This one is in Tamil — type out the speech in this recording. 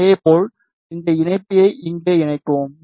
இதேபோல் இந்த இணைப்பியை இங்கே இணைக்கவும்